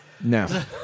No